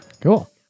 cool